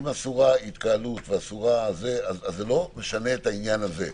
אם אסורה התקהלות זה לא משנה את העניין הזה.